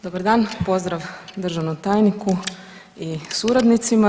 Dobar dan, pozdrav državnom tajniku i suradnicima.